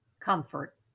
Comfort